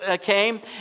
came